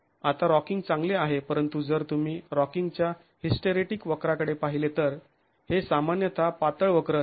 आता रॉकिंग चांगले आहे परंतु जर तुम्ही रॉकिंगच्या हिस्टरेटीक वक्राकडे पाहिले तर हे सामान्यतः पातळ वक्र असते